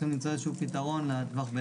שדיברה נציגת קופת חולים כללית.